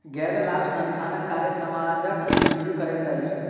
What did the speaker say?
गैर लाभ संस्थानक कार्य समाजक वृद्धि करैत अछि